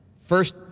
First